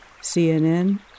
CNN